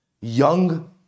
Young